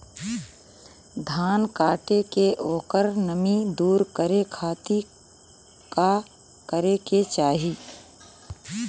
धान कांटेके ओकर नमी दूर करे खाती का करे के चाही?